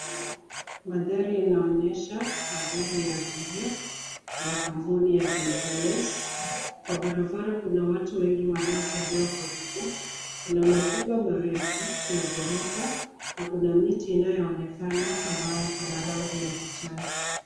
Mandhari inaonyesha magari ya abiria ya kampuni ya cs[KBS]cs. Kwa barabara kuna watu wengi wanaotembea kwa miguu. Kuna majumba marefu ya ghorofa na kuna miti inayoonekana ambayo iko na rangi ya kijani.